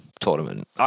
tournament